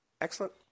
excellent